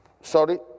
sorry